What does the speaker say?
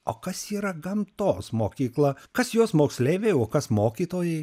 o kas yra gamtos mokykla kas jos moksleiviai o kas mokytojai